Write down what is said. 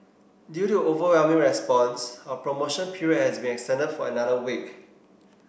due to overwhelming response our promotion period has been extended for another week